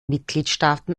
mitgliedstaaten